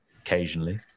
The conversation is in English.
occasionally